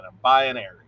binary